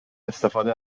استفاده